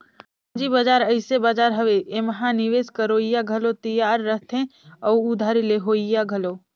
पंूजी बजार अइसे बजार हवे एम्हां निवेस करोइया घलो तियार रहथें अउ उधारी लेहोइया घलो